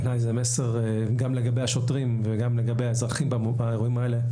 בעיניי זה מסר גם לגבי השוטרים וגם לגבי האזרחים באירועים האלה.